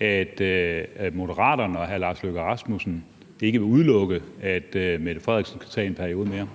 at Moderaterne og hr. Lars Løkke Rasmussen ikke vil udelukke, at Mette Frederiksen kan tage en periode mere?